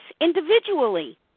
individually